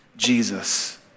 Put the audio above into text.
Jesus